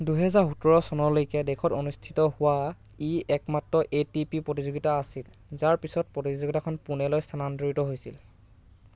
দুহেজাৰ সোতৰ চনলৈকে দেশত অনুষ্ঠিত হোৱা ই একমাত্ৰ এ' টি পি প্ৰতিযোগিতা আছিল যাৰ পিছত প্ৰতিযোগিতাখন পুনেলৈ স্থানান্তৰিত হৈছিল